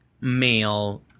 male